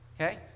okay